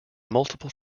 multiple